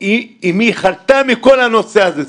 אמי חלתה מכל הנושא הזה.